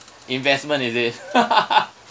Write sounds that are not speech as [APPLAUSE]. investment is it [LAUGHS]